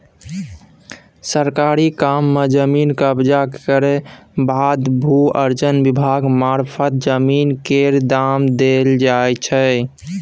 सरकारी काम मे जमीन कब्जा केर बाद भू अर्जन विभाग मारफत जमीन केर दाम देल जाइ छै